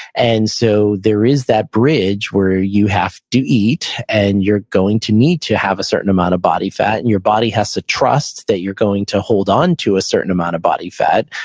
and so there is that bridge where you have to eat, and you're going to need to have a certain amount of body fat, and your body has to trust that you're going to hold on to a certain amount of body fat.